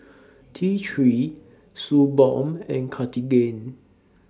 T three Suu Balm and Cartigain